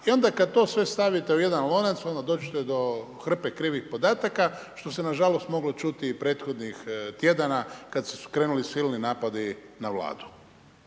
i onda kad to sve stavite u jedan lonac, onda dođete do hrpe krivih podatak što se nažalost mogli čuti i prethodnih tjedana kad su krenuli silni napadi na vladu.